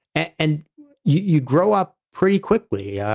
and and you grow up pretty quickly. yeah